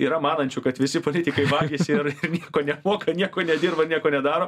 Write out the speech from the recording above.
yra manančių kad visi politikai vagys ir nieko nemoka nieko nedirba nieko nedaro